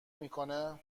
میکنه